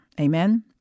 Amen